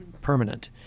permanent